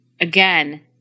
again